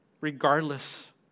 regardless